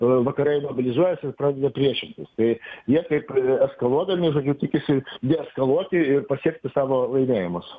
o vakarai mobilizuojasi ir pradeda priešintis tai jie taip eskaluodami žodžiu tikisi neeskaluoti ir pasiekti savo laimėjimus